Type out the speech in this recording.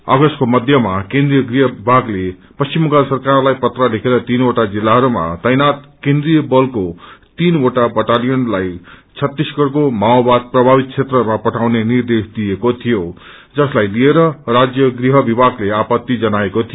अगस्तको मध्यमा केन्द्रिय गृह विभागले पश्चिम बंगाल सरकारलाई पत्र लेखेर तीनवटा जिलहरूमा तैनात केन्द्रिय बलको तीन बटालियनलाई छत्तीसगढ़को माओवाद प्रभावित क्षेत्रहरूमा पठाउने निर्देश दिएको थियो जसलाई लिएर राज्य गृह विभागले आपत्ति जनाकरो थियो